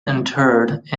interred